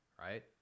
right